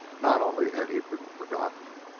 not only had he been forgotten,